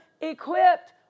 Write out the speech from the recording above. equipped